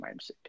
mindset